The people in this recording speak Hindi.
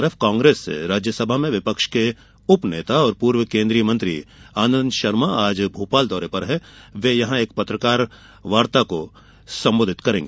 वहीं कांग्रेस से राज्यसभा में विपक्ष के उपनेता और पूर्व केंद्रीय मंत्री आनन्द शर्मा ने आज भोपाल दौरे पर हैं वे यहां एक पत्रकारवार्ता को संबोधित करेंगे